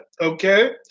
okay